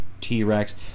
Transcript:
T-Rex